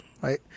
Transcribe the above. right